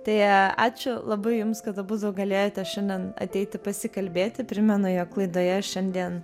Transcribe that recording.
tai ačiū labai jums kad abudu galėjote šiandien ateiti pasikalbėti primenu jog laidoje šiandien